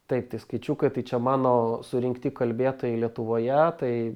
taip tai skaičiukai tai čia mano surinkti kalbėtojai lietuvoje tai